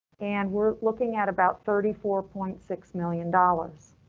and we're looking at about thirty four point six million dollars.